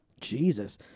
Jesus